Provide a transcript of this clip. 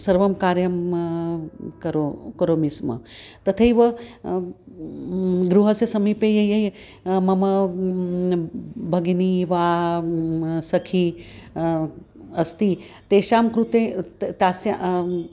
सर्वं कार्यं करोमि करोमि स्म तथैव गृहस्य समीपे या या या मम भगिनी वा सखी अस्ति तासां कृते तस्याः आं